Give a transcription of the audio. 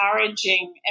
encouraging